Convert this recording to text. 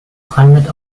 climate